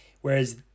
whereas